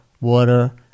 water